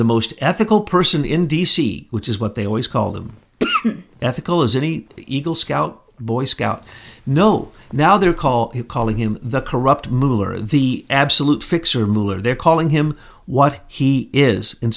the most ethical person in d c which is what they always call them ethical as any eagle scout boy scout no now they're call it calling him the corrupt mover the absolute fixer miller they're calling him what he is and